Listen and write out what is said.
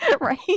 Right